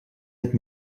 het